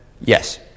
Yes